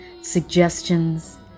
suggestions